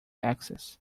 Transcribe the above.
access